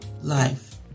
life